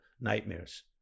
Nightmares